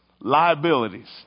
liabilities